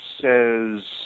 says